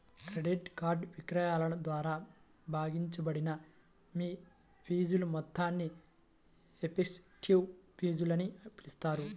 credit card విక్రయాల ద్వారా భాగించబడిన మీ ఫీజుల మొత్తాన్ని ఎఫెక్టివ్ ఫీజులని పిలుస్తారు